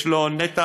יש לו נתח